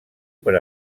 per